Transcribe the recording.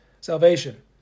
salvation